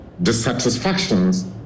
dissatisfactions